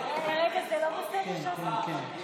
רגע, זה לא בסדר שהשרה פרקש פה?